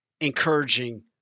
encouraging